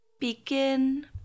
Begin